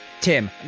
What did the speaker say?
Tim